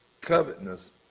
covetousness